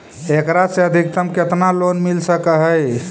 एकरा से अधिकतम केतना लोन मिल सक हइ?